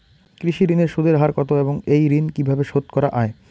কৃষি ঋণের সুদের হার কত এবং এই ঋণ কীভাবে শোধ করা য়ায়?